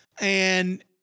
and-